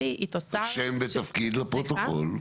היא תוצאה של --- שם ותפקיד לפרוטוקול.